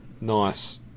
Nice